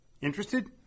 Interested